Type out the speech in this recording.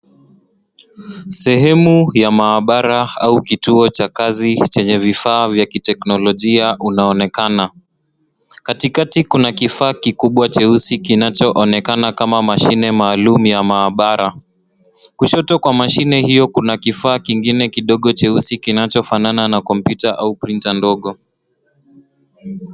Sehemu ya maabara au kituo cha kazi chenye vifaa vya kiteknolojia inaonekana. Katikati kuna kifaa kikubwa cheusi kinachoonekana kama mashine maalum ya maabara. Kushoto kwa mashine hiyo kuna kifaa kingine kidogo cheusi kinachofanana na kompyuta au printer ndogo.